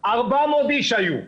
400 איש היו,